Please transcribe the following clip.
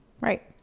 Right